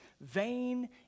vain